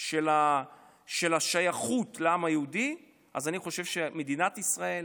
של השייכות לעם היהודי, אז אני חושב שמדינת ישראל,